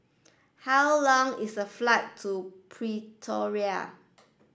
how long is the flight to Pretoria